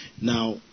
Now